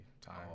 time